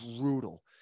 brutal